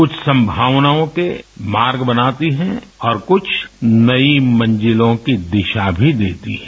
कुछ संभावनाओं के मार्ग बनाती है और कुछ नई मंजिलों की दिशा भी देती है